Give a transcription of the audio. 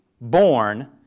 born